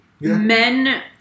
Men